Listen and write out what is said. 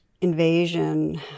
invasion